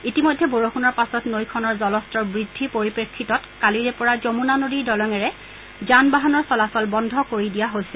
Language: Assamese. ইতিমধ্য বৰষূণৰ পাছত নৈ খনৰ জলস্তৰ বৃদ্ধি পৰিপ্ৰেক্ষিত কালিৰে যমূনা নৈৰ দলঙেৰে যান বাহানৰ চলাচল বন্ধ কৰি দিয়া হৈছে